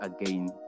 again